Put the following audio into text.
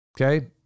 Okay